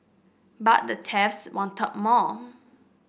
but the thieves wanted more